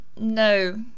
No